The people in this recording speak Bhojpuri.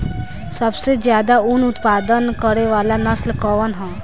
सबसे ज्यादा उन उत्पादन करे वाला नस्ल कवन ह?